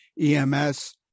EMS